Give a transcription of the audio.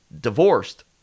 divorced